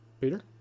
Peter